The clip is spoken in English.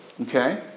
okay